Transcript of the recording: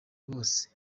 bose